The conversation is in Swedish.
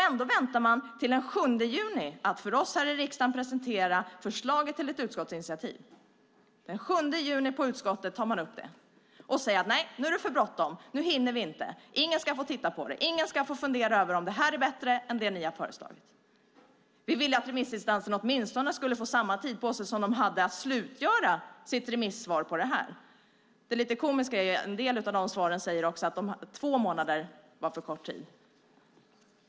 Ändå väntade man till den 7 juni med att för oss här i riksdagen presentera förslaget till ett utskottsinitiativ. Den 7 juni tar man upp detta i utskottet och säger: Nej, nu är det för bråttom, nu hinner vi inte, ingen ska få titta på det, ingen ska få fundera över om det här är bättre än det ni har föreslagit. Vi ville att remissinstanserna åtminstone skulle få samma tid på sig som de hade för sina remissvar på vårt förslag. Lite komiskt är det också att det i en del av dessa svar sägs att två månader var för kort tid.